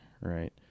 right